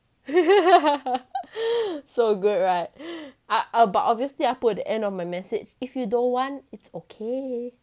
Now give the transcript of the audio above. so good right ah~ but obviously I put at the end of my message if you don't want it's okay